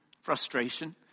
Frustration